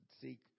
seek